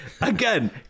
Again